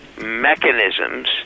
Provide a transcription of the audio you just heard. mechanisms